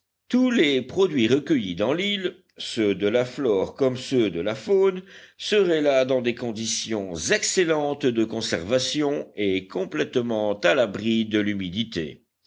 tous les produits recueillis dans l'île ceux de la flore comme ceux de la faune seraient là dans des conditions excellentes de conservation et complètement à l'abri de l'humidité